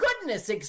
goodness